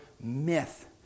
myth